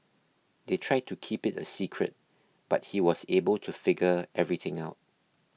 they tried to keep it a secret but he was able to figure everything out